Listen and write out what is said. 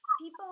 people